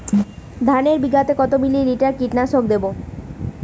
ধানে বিঘাতে কত মিলি লিটার কীটনাশক দেবো?